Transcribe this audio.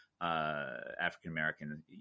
African-American